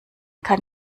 kann